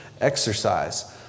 exercise